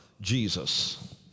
Jesus